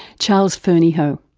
charles fernyhough.